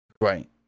Right